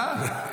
אה?